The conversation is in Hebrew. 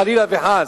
חלילה וחס,